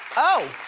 oh,